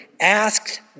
asked